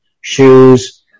shoes